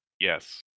yes